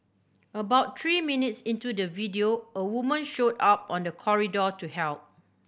about three minutes into the video a woman showed up on the corridor to help